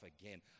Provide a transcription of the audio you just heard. again